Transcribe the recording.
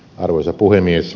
arvoisa puhemies